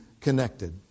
connected